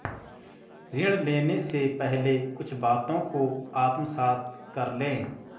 ऋण लेने से पहले कुछ बातों को आत्मसात कर लें